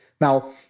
Now